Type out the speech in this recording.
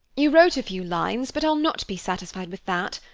you wrote a few lines, but i'll not be satisfied with that.